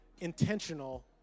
intentional